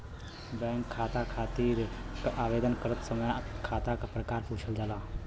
bank खाता खातिर आवेदन करत समय खाता क प्रकार पूछल जाला